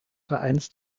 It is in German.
vereins